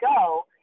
go